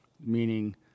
Meaning